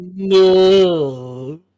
No